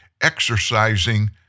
exercising